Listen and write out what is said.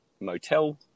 motel